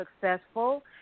successful